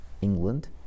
England